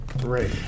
Great